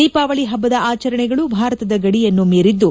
ದೀಪಾವಳಿ ಹಬ್ಬದ ಆಚರಣೆಗಳು ಭಾರತದ ಗಡಿಯನ್ನು ಮೀರಿದ್ದು